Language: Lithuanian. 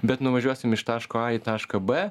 bet nuvažiuosim iš taško a į tašką b